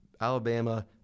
alabama